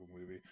movie